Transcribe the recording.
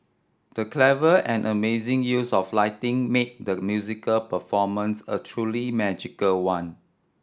the clever and amazing use of lighting made the musical performance a truly magical one